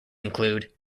include